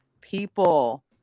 people